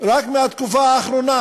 רק מהתקופה האחרונה,